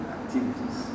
activities